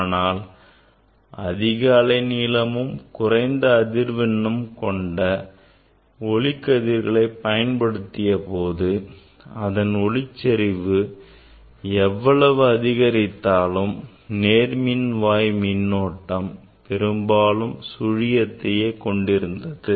ஆனால் அதிக அலைநீளமும் குறைந்த அதிர்வெண்ணை கொண்ட ஒளிக்கதிர்கள் பயன்படுத்தியபோது அதன் ஒளிச்செறிவை எவ்வளவு அதிகரித்தாலும் நேர்மின்வாய் மின்னோட்டம் பெரும்பாலும் சுழியத்தையே கொண்டிருந்தது